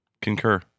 Concur